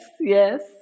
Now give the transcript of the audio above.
yes